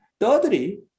Thirdly